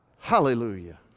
Hallelujah